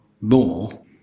more